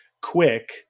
quick